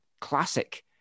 classic